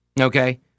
Okay